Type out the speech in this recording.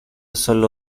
solo